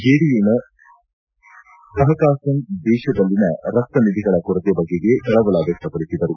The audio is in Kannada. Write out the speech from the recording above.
ಜೆಡಿಯುನ ಕಪಕಾಶನ್ ದೇಶದಲ್ಲಿನ ರಕ್ತ ನಿಧಿಗಳ ಕೊರತೆ ಬಗೆಗೆ ಕಳವಳ ವ್ವಕ್ತಪಡಿಸಿದರು